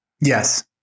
yes